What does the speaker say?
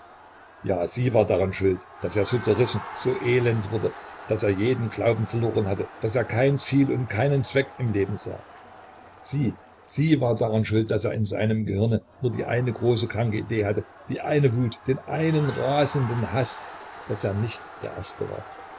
ja sie war daran schuld daß er so zerrissen so elend wurde daß er jeden glauben verloren hatte daß er kein ziel und keinen zweck im leben sah sie sie war daran schuld daß er in seinem gehirne nur die eine große kranke idee hatte die eine wut den einen rasenden haß daß er nicht der erste war